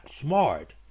smart